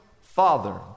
father